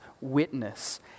witness